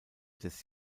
des